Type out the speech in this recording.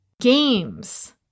games